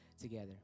together